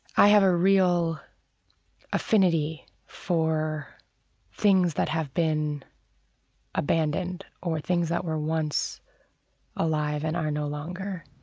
i have a real affinity for things that have been abandoned or things that were once alive and are no longer